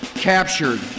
captured